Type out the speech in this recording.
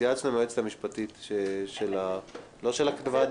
התייעצנו עם היועצת המשפטי לא של הוועדה.